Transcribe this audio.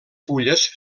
fulles